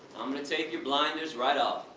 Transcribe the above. i'm gonna take your blinders right off!